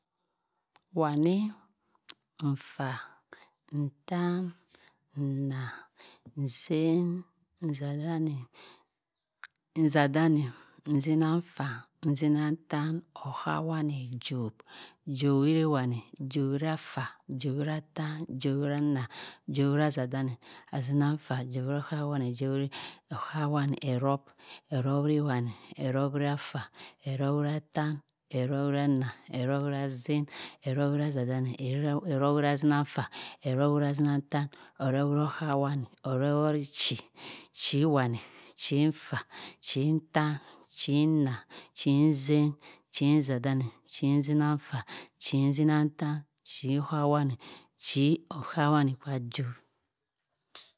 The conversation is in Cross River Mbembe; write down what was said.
Wani nfha nnah nzhien nzhazhani nzheinanfah nzheinantaan ohkawani jobe jowhiriwani jowhira jowhirattaan jowhiraan na jowhiraazadanni azinanfaa jowhiri okhawani ehrup eruphiwani eruphwirafaa eruphwirafaa eruphwiraattan eruuphwira annah eruphwira zien eruphwira azahdani eruphwiriazienanfaa eruphwiria naanttaan eruphwira okhawani eruphworichi, chiwani chinnfaa chinnttaan chinnah chinnzien chinnzadani chi nzinanfaa chinzinanttaan chiokhawani chiokhawanikpha jho.